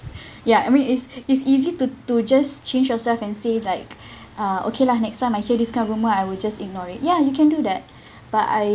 ya I mean it's it's easy to to just change yourself and say like uh okay lah next time I hear this kind of rumour I would just ignore it ya you can do that but I